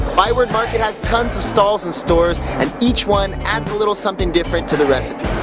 byward market has tons of stalls and stores, and each one adds a little something different to the recipe.